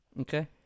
Okay